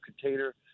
container